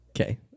Okay